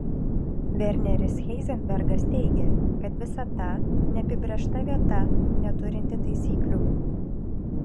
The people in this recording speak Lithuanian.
verneris heizenbergas teigė kad visata neapibrėžta vieta neturinti taisyklių